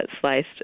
sliced